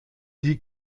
die